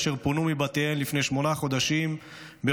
אשר פונו מבתיהם לפני שמונה חודשים בחופזה,